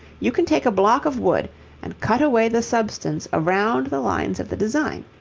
you can take a block of wood and cut away the substance around the lines of the design.